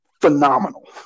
Phenomenal